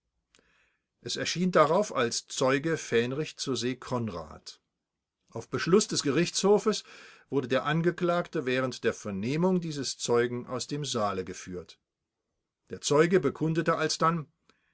es erschien darauf als zeuge fähnrich z s conrad auf beschluß des gerichtshofes wurde der angeklagte während der vernehmung dieses zeugen aus dem saale geführt der zeuge bekundete alsdann